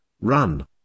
run